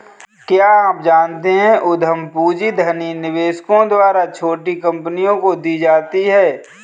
क्या आप जानते है उद्यम पूंजी धनी निवेशकों द्वारा छोटी कंपनियों को दी जाती है?